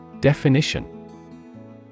Definition